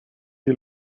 die